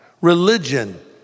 Religion